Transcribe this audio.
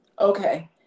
Okay